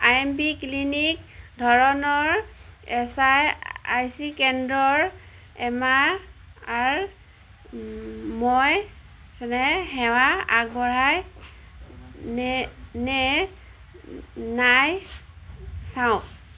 আই M P clinic ধৰণৰ S I C কেন্দ্ৰৰ M R মই স্নেহ সেৱা আগবঢ়ায় নে নে নাই চাওক